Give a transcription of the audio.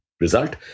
result